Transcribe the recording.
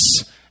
yes